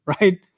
right